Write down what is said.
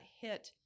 hit